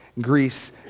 Greece